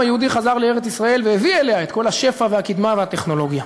היהודי לארץ-ישראל והביא אליה את כל השפע והקִדמה והטכנולוגיה.